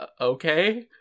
okay